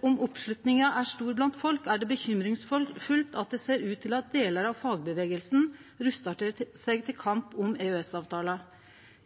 Om oppslutninga er stor blant folk, er det bekymringsfullt at det ser ut til at delar av fagbevegelsen rustar seg til kamp om EØS-avtala.